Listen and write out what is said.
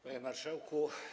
Panie Marszałku!